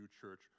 church